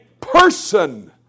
person